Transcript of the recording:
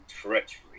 treachery